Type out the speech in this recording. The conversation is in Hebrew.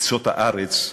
בקצות הארץ,